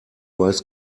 weiß